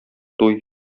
туй